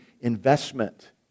investment